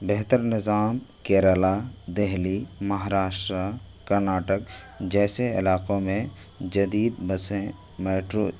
بہتر نظام کیرلا دہلی مہاراشٹرا کرناٹک جیسے علاقوں میں جدید بسیں میٹرو